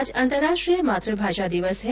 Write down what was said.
आज अंतर्राष्ट्रीय मातृभाषा दिवस है